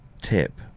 tip